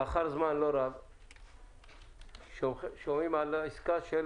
לאחר זמן לא רב שמענו על העסקה של